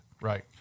Right